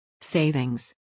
Savings